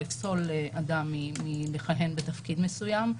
יפסול אדם מלכהן בתפקיד מסוים.